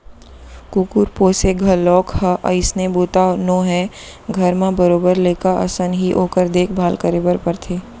कुकुर पोसे घलौक ह अइसने बूता नोहय घर म बरोबर लइका असन ही ओकर देख भाल करे बर परथे